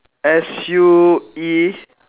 S U E